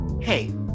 hey